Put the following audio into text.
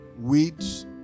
weeds